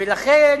לכן